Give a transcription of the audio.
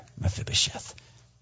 Mephibosheth